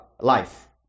life